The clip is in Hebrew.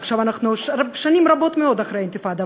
עכשיו אנחנו שנים רבות מאוד אחרי האינתיפאדה,